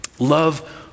Love